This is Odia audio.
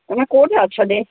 ଆଜ୍ଞା କୋଉଠି ଅଛନ୍ତି